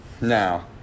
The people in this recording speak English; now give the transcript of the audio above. Now